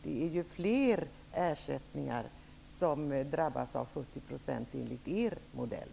Det är ju fler ersättningar som blir 70 % enligt er modell.